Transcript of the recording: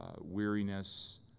weariness